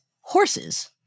horses